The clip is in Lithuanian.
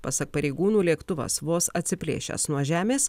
pasak pareigūnų lėktuvas vos atsiplėšęs nuo žemės